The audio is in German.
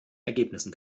ergebnissen